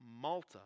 Malta